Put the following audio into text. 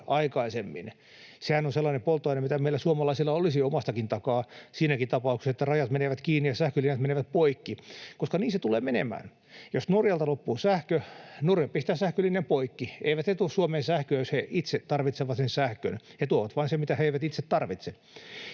Sehän on sellainen polttoaine, mitä meillä suomalaisilla olisi omastakin takaa siinäkin tapauksessa, että rajat menevät kiinni ja sähkölinjat menevät poikki. Koska niin se tulee menemään: Jos Norjalta loppuu sähkö, Norja pistää sähkölinjan poikki. Eivät he tuo Suomeen sähköä, jos he itse tarvitsevat sen sähkön. He tuovat vain sen, mitä he eivät itse tarvitse.